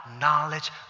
knowledge